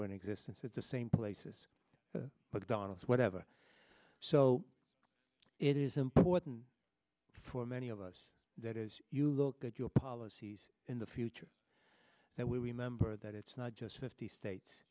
were in existence at the same places but donald whatever so it is important for many of us that as you look at your policies in the future that we remember that it's not just fifty states